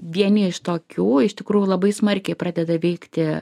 vieni iš tokių iš tikrųjų labai smarkiai pradeda veikti